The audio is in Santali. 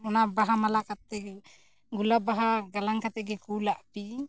ᱚᱱᱟ ᱵᱟᱦᱟ ᱢᱟᱞᱟ ᱠᱟᱛᱮ ᱜᱮ ᱜᱳᱞᱟᱯ ᱵᱟᱦᱟ ᱜᱟᱞᱟᱝ ᱠᱟᱛᱮ ᱜᱮ ᱠᱳᱞᱟᱜ ᱯᱤᱭᱟᱹᱧ